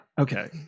okay